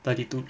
thirty two